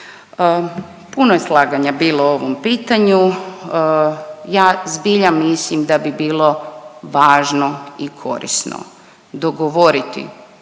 Puno je slaganja bilo o ovom pitanju. Ja zbilja mislim da bi bilo važno i korisno dogovoriti,